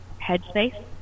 headspace